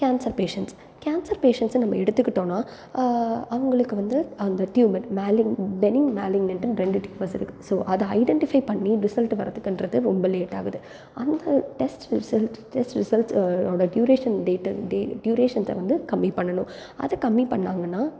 cancer patients cancer பேஷண்ட்ஸ்னு நம்ம எடுத்துக்கிட்டோன்னா அவங்களுக்கு வந்து அந்த ட்யூமர் மாலிங் பெனின் மாலிக்னன்ட்டுனு ரெண்டு இருக்குது ஸோ அதை ஐடென்டிஃபை பண்ணி ரிசல்ட்டு வரதுங்கிறது ரொம்ப லேட் ஆகுது அந்த டெஸ்ட் ரிசல்ட் டெஸ்ட் ரிசல்ட்ஸ்ஸோட ட்யூரேஷன் டேட்டு ட்யூரேஷன்ஸை வந்து கம்மி பண்ணணும் அதை கம்மி பண்ணாங்கனால்